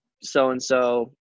so-and-so